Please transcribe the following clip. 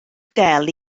del